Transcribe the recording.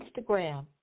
Instagram